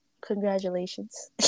Congratulations